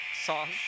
song